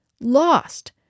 lost